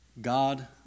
God